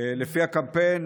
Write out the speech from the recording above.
לפי הקמפיין,